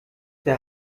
der